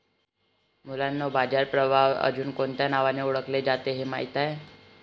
मुलांनो बाजार प्रभाव अजुन कोणत्या नावाने ओढकले जाते हे माहित आहे?